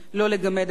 לא להשפיל,